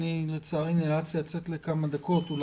לצערי נאלצתי לצאת לכמה דקות ואני רוצה לשאול משהו,